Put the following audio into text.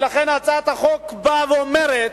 ולכן הצעת החוק באה ואומרת: